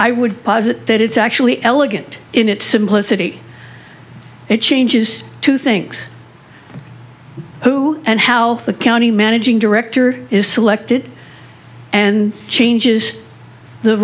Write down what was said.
posit that it's actually elegant in its simplicity it changes to thinks who and how the county managing director is selected and changes the